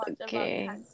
okay